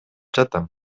жатам